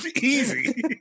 Easy